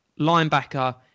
linebacker